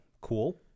cool